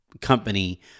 company